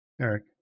Eric